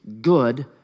good